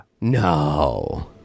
No